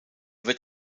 wird